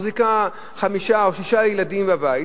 מחזיקה חמישה או שישה ילדים בבית,